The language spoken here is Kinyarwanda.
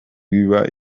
biba